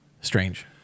Strange